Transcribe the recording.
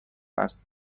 است